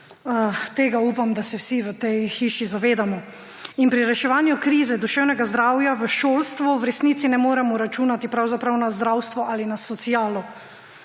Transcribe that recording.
Tega upam, da se vsi v tej hiši zavedamo. Pri reševanju krize duševnega zdravja v šolstvu v resnici pravzaprav ne moremo računati na zdravstvo ali na socialo,